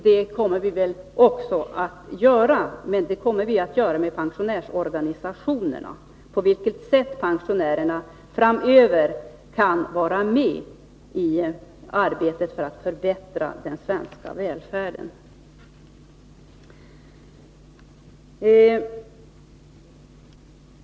Vi kommer också att med pensionärsorganisationerna ta upp en diskussion om på vilket sätt pensionärerna framöver kan vara med i arbetet för att förbättra den svenska välfärden.